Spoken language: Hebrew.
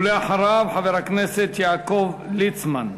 ולאחריו, חבר הכנסת יעקב ליצמן.